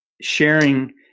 sharing